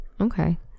Okay